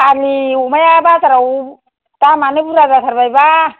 फाग्लि अमाया बाजाराव दामानो बुरजा जाथारबायबा